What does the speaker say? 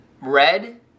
red